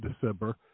December